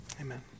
amen